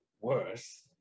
worse